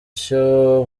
cyo